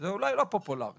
זה אולי לא פופולרי